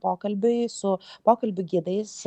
pokalbiui su pokalbių gidais